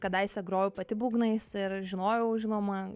kadaise grojau pati būgnais ir žinojau žinoma